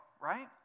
right